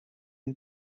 une